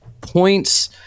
points